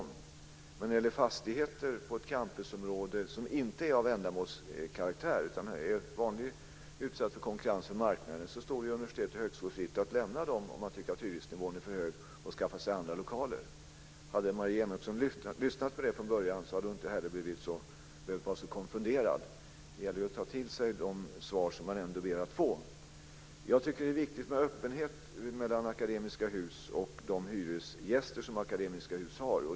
Men när det gäller fastigheter på ett campusområde som inte är av ändamålskaraktär utan utsatta för konkurrens från marknaden så står det universitet och högskolor fritt att lämna dem om man tycker att hyresnivån är för hög och skaffa sig andra lokaler. Hade Annelie Enochson lyssnat på det från början hade hon inte heller behövt vara så konfunderad. Det gäller att ta till sig de svar som man ber att få. Jag tycker att det är viktigt med öppenhet mellan Akademiska Hus och de hyresgäster som Akademiska Hus har.